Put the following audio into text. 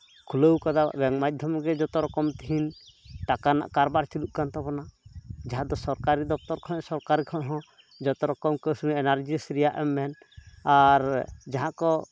ᱠᱷᱩᱞᱟᱹᱣ ᱠᱟᱫᱟ ᱵᱮᱝᱠ ᱢᱟᱫᱽᱫᱷᱚᱢ ᱨᱮᱜᱮ ᱡᱚᱛᱚ ᱨᱚᱠᱚᱢ ᱛᱤᱦᱤᱧ ᱴᱟᱠᱟ ᱨᱮᱱᱟᱜ ᱠᱟᱨᱵᱟᱨ ᱪᱟᱹᱞᱩᱜ ᱠᱟᱱ ᱛᱟᱵᱚᱱᱟ ᱡᱟᱦᱟᱸ ᱫᱚ ᱥᱚᱨᱠᱟᱨᱤ ᱫᱚᱯᱛᱚᱨ ᱠᱷᱚᱱ ᱥᱚᱨᱠᱟᱨᱤ ᱠᱷᱚᱱ ᱦᱚᱸ ᱡᱚᱛᱚ ᱨᱚᱠᱚᱢ ᱠᱳᱨᱥ ᱨᱮᱭᱟᱜ ᱮᱱ ᱟᱨ ᱡᱤ ᱮᱥ ᱨᱮᱭᱟᱜ ᱮᱢ ᱢᱮᱱ ᱟᱨ ᱡᱟᱦᱟᱸ ᱠᱚ